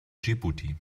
dschibuti